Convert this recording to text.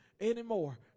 anymore